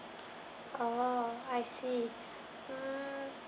oh I see hmm